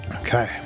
Okay